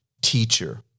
teacher